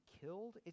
killed